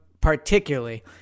particularly